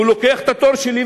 הוא לוקח את התור שלי,